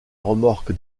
remorque